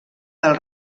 del